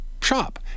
shop